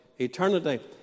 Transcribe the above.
Eternity